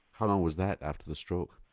how long was that after the stroke?